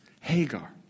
Hagar